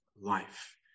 life